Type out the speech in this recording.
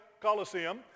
Coliseum